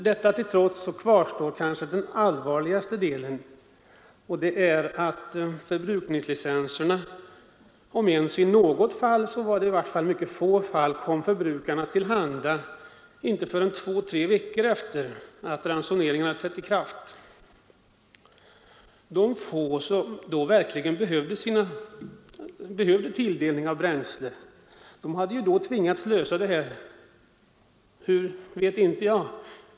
Detta till trots kvarstår kanske den allvarligaste delen av den här frågan, nämligen att förbrukningslicenserna endast i mycket få fall, om ens i något, kom förbrukarna till handa tidigare än två till tre veckor efter det att ransoneringen trätt i kraft. Det fåtal traktorägare som då verkligen behövde tilldelning av bränsle hade tvingats lösa problemet på något sätt — hur vet inte jag.